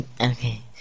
Okay